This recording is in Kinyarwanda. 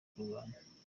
kurwanya